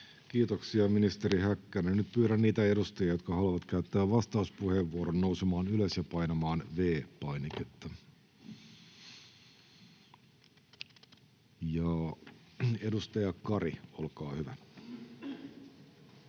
Kiitoksia, ministeri Häkkänen. — Nyt pyydän niitä edustajia, jotka haluavat käyttää vastauspuheenvuoron, nousemaan ylös ja painamaan V-painiketta. — Edustaja Kari, olkaa hyvä.